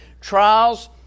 Trials